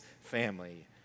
family